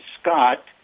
Scott